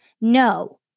No